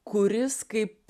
kuris kaip